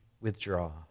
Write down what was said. withdraw